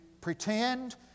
pretend